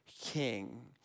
king